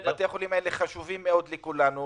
בתי החולים האלה חשובים מאוד לכולנו,